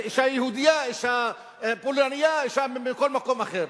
זה אשה יהודייה, אשה פולנייה, אשה מכל מקום אחר.